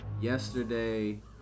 Yesterday